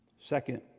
Second